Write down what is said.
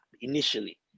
initially